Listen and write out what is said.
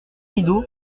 rideau